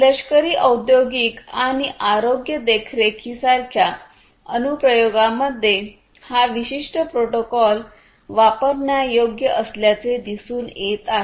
लष्करी औद्योगिक आणि आरोग्य देखरेखीसारख्या अनुप्रयोगामध्ये हा विशिष्ट प्रोटोकॉल वापरण्यायोग्य असल्याचे दिसून येत आहे